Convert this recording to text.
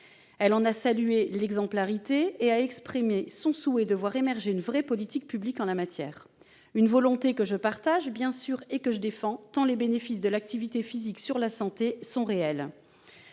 Elle en a salué l'exemplarité et a exprimé son souhait de voir émerger une véritable politique publique en la matière, une volonté que je partage bien sûr et que je défends tant les bénéfices de l'activité physique sur la santé sont réels.